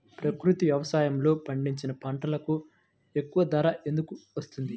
ప్రకృతి వ్యవసాయములో పండించిన పంటలకు ఎక్కువ ధర ఎందుకు వస్తుంది?